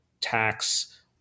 tax